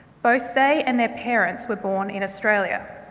both they and their parents were born in australia.